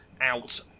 Out